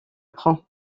prend